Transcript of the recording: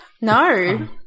No